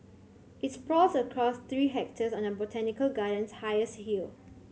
it sprawls across three hectares on the botanical garden's highest hill